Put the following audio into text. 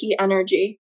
energy